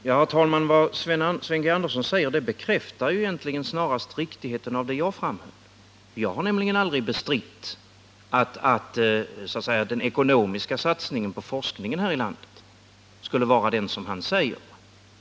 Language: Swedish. Herr talman! Vad Sven G. Andersson säger bekräftar snarast riktigheten av vad jag framhöll. Jag har nämligen aldrig bestridit att den ekonomiska satsningen på forskning här i landet skulle vara den han säger.